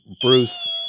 Bruce